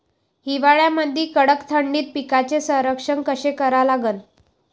हिवाळ्यामंदी कडक थंडीत पिकाचे संरक्षण कसे करा लागन?